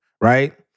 right